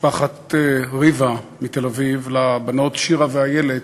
למשפחת ריוה מתל-אביב, לבנות שירה ואיילת,